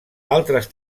altres